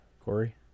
Corey